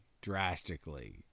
drastically